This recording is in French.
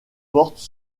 portent